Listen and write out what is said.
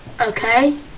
Okay